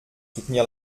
soutenir